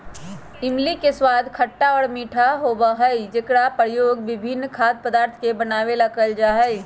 इमली के स्वाद खट्टा और मीठा होबा हई जेकरा प्रयोग विभिन्न खाद्य पदार्थ के बनावे ला कइल जाहई